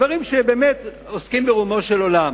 דברים שעוסקים ברומו של עולם